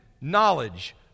knowledge